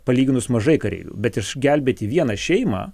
palyginus mažai kareivių bet išgelbėti vieną šeimą